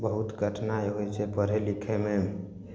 बहुत कठिनाइ होइ छै पढ़े लिखेमे